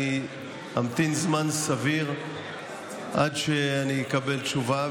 אני אמתין זמן סביר עד שאני אקבל תשובה.